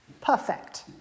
perfect